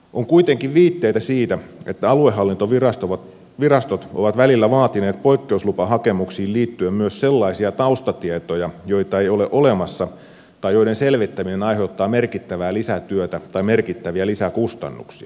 on kuitenkin viitteitä siitä että aluehallintovirastot ovat välillä vaatineet poikkeuslupahakemuksiin liittyen myös sellaisia taustatietoja joita ei ole olemassa tai joiden selvittäminen aiheuttaa merkittävää lisätyötä tai merkittäviä lisäkustannuksia